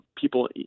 people